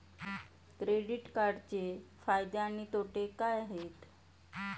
Credit कार्डचे फायदे आणि तोटे काय आहेत?